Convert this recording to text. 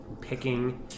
Picking